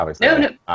No